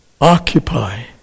occupy